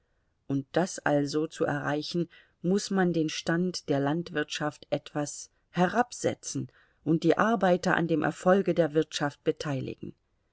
um das also zu erreichen muß man den stand der landwirtschaft etwas herabsetzen und die arbeiter an dem erfolge der wirtschaft beteiligen